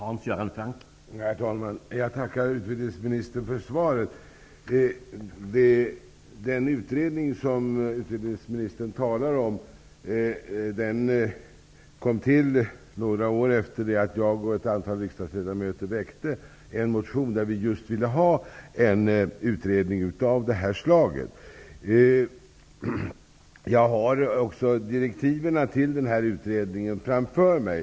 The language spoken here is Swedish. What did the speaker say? Herr talman! Jag tackar utbildningsministern för svaret. Den utredning som utbildningsministern talar om kom till några år efter det att jag och ett antal andra riksdagsledamöter väckte en motion i vilken vi just bad om en utredning av det här slaget. Jag har nu här framför mig direktiven till utredningen, dvs.